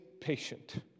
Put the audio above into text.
patient